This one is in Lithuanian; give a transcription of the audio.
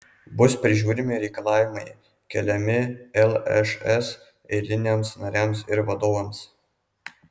bus peržiūrimi reikalavimai keliami lšs eiliniams nariams ir vadovams